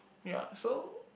ya so